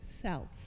self